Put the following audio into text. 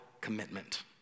commitment